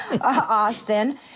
Austin